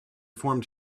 formed